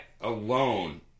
alone